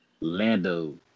Lando